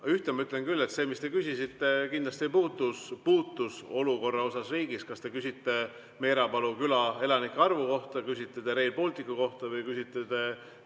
Ühte ma ütlen küll, et see, mis te küsisite, kindlasti puutus olukorda riigis. Kas te küsite Meerapalu küla elanike arvu kohta, küsite te Rail Balticu kohta või küsite